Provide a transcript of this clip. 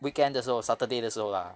weekend 的时候 saturday 的时候 lah